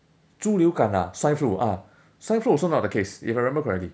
猪流感 ah swine flu ah swine flu also not the case if I remember correctly